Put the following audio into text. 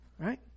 Right